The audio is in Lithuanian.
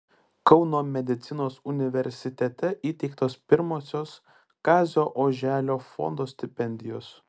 kauno medicinos universitete įteiktos pirmosios kazio oželio fondo stipendijos